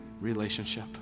relationship